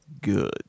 good